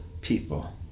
people